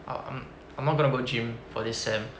uh um I'm gonna go gym for this sem